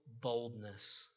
boldness